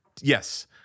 yes